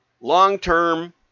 long-term